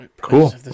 Cool